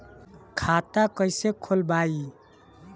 खाता कईसे खोलबाइ?